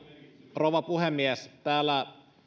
rouva puhemies täällä